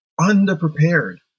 underprepared